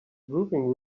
briefing